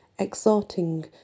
exhorting